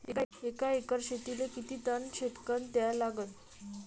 एका एकर शेतीले किती टन शेन खत द्या लागन?